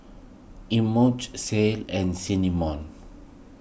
Imogene Ceil and Cinnamon